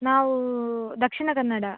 ನಾವು ದಕ್ಷಿಣ ಕನ್ನಡ